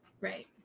Right